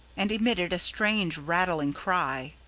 and emitted a strange rattling cry.